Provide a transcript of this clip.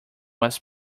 was